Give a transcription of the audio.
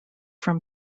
from